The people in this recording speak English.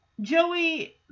Joey